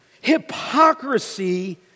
Hypocrisy